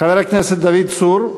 חבר הכנסת דוד צור,